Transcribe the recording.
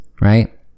right